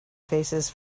faces